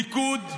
ליכוד,